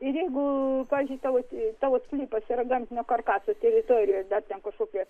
ir jeigu pavyzdžiui tavo tavo sklypas yra gamtinio karkaso teritorijoj dar ten kažkokie